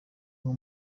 uwo